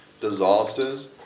disasters